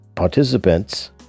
Participants